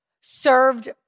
served